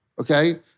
okay